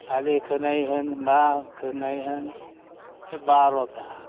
आलि खोनाय होन मा खोनाय होन बे बार'था